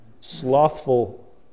slothful